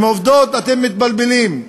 עם עובדות אתם מתבלבלים.